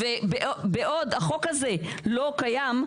בעוד החוק הזה לא קיים,